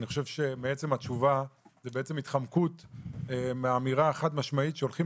עצם התשובה היא התחמקות מאמירה חד-משמעית שהולכים